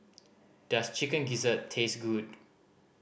does Chicken Gizzard taste good